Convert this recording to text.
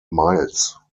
miles